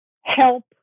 help